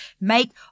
make